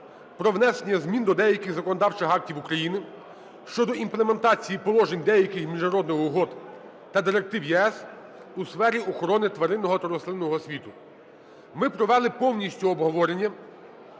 про внесення змін до деяких законодавчих актів України (щодо імплементації положень деяких міжнародних угод та директив ЄС у сфері охорони тваринного та рослинного світу). Ми провели повністю обговорення,